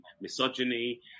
misogyny